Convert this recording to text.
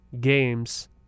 games